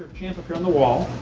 champ up here on the wall.